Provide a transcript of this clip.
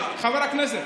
חבר הכנסת,